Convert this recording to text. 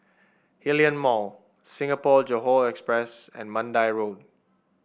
Hillion Mall Singapore Johore Express and Mandai Road